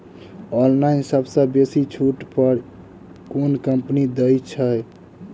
Online सबसँ बेसी छुट पर केँ कंपनी दइ छै?